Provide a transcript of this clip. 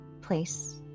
place